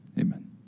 Amen